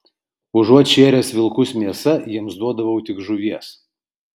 užuot šėręs vilkus mėsa jiems duodavau tik žuvies